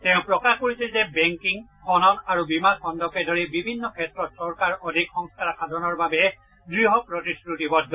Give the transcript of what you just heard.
তেওঁ প্ৰকাশ কৰিছে যে বেংকিং খনন আৰু বীমা খণ্ডকে ধৰি বিভিন্ন ক্ষেত্ৰত চৰকাৰ অধিক সংস্কাৰসাধনৰ বাবে দৃঢ় প্ৰতিশ্ৰুতিবদ্ধ